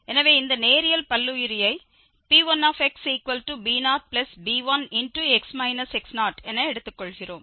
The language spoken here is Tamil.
எனவே இந்த நேரியல் பல்லுயிரியை P1xb0b1x x0 என எடுத்துக்கொள்கிறோம்